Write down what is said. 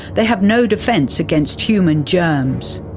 they have no defence against human germs.